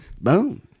boom